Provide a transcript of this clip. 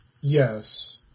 Yes